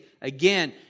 Again